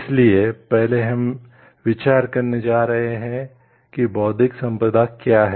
इसलिए पहले हम विचार करने जा रहे हैं कि बौद्धिक संपदा क्या है